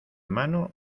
mano